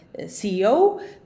CEO